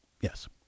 Yes